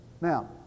Now